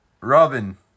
Robin